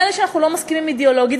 מילא שאנחנו לא מסכימים אידיאולוגית,